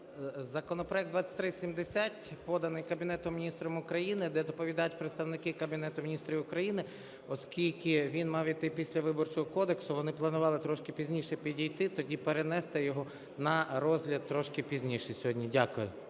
Законопроект 2370, поданий Кабінетом Міністрів України, де доповідають представники Кабінету Міністрів України, оскільки він мав йти після Виборчого кодексу, вони планували трошки пізніше підійти, тоді перенести його на розгляд трошки пізніше